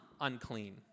unclean